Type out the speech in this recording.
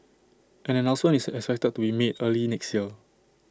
an announcement is expected to be made early next year